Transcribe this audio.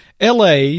LA